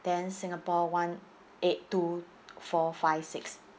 then singapore one eight two four five six